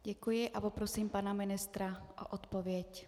Děkuji a poprosím pana ministra o odpověď.